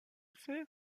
faire